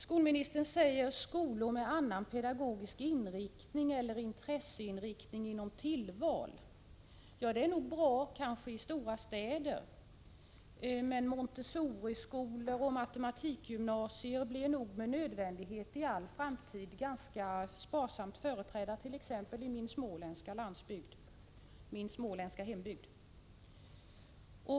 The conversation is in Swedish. Skolministern nämner skolor med olika pedagogisk inriktning eller viss intresseinriktning inom tillvalsämnen. Det är kanske bra i stora städer, men Montessoriskolor och matematikgymnasier blir nog med nödvändighet i all framtid ganska sparsamt företrädda t.ex. i min småländska hembygd.